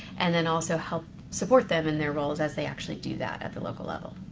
and then also help support them in their roles as they actually do that at the local level.